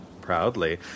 proudly